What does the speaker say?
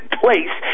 place